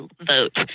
vote